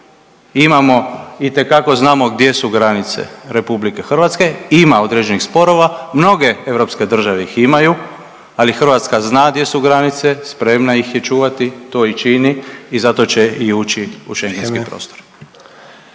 Imamo, itekako znamo gdje su granice RH. Ima određenih sporova. Mnoge europske države ih imaju, ali Hrvatska zna gdje su granice, spremna ih je čuvati, to i čini i zato će i ući u …/Upadica: